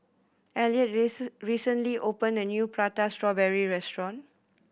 Elliott recently opened a new Prata Strawberry restaurant